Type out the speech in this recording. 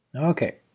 okay,